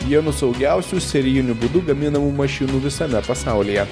vienu saugiausiu serijiniu būdu gaminamų mašinų visame pasaulyje